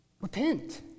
repent